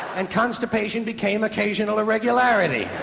and constipation became occasional irregularity.